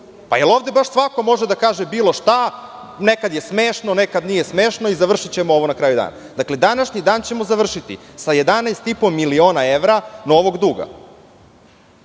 li ovde baš svako može da kaže bilo šta. Nekad je smešno, nekad nije smešno i završićemo ovo na kraju dana. Današnji dan ćemo završiti sa 11,5 miliona evra novog duga.